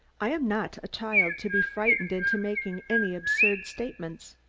i am not a child to be frightened into making any absurd statements.